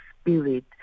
spirit